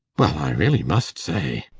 well, i really must say!